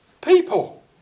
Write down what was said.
people